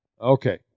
Okay